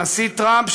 הנשיא טראמפ,